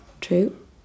True